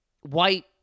white